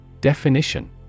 Definition